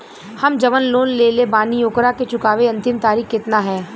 हम जवन लोन लेले बानी ओकरा के चुकावे अंतिम तारीख कितना हैं?